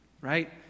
right